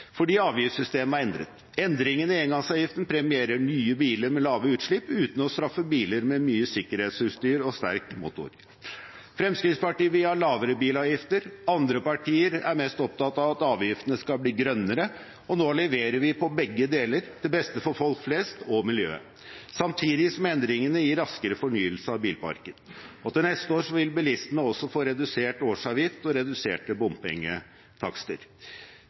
fordi avgiftssystemet er endret. Endringene i engangsavgiften premierer nye biler med lave utslipp uten å straffe biler med mye sikkerhetsutstyr og sterk motor. Fremskrittspartiet vil ha lavere bilavgifter, andre partier er mest opptatt av at avgiftene skal bli grønnere, og nå leverer vi på begge deler – til beste for folk flest og miljøet, samtidig som endringene gir raskere fornyelse av bilparken. Til neste år vil bilistene også få redusert årsavgift og reduserte bompengetakster.